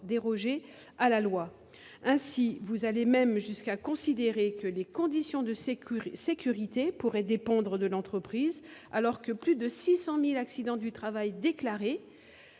déroger à la loi. Vous allez même jusqu'à considérer que les conditions de sécurité pourraient dépendre de l'entreprise, alors que, chaque année, plus de 600 000 accidents du travail sont déclarés,